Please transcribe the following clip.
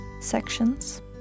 sections